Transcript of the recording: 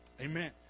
Amen